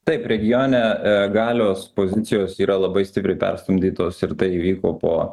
taip regione galios pozicijos yra labai stipriai perstumdytos ir tai įvyko po